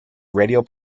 radio